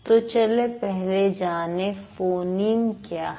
तो चलो पहले जाने फोनीम क्या है